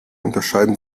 unterscheiden